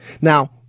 Now